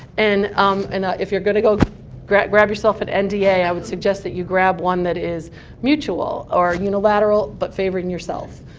and um and if you're going to go grab grab yourself and an nda, i would suggest that you grab one that is mutual or unilateral but favoring yourself.